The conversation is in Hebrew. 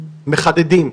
מחדדים.